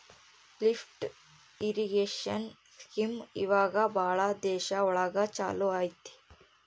lift irrigation scheme ಇವಾಗ ಭಾಳ ದೇಶ ಒಳಗ ಚಾಲೂ ಅಯ್ತಿ